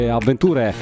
avventure